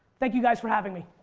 thank you guys for having me.